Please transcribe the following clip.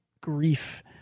grief